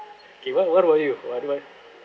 okay what what about you what what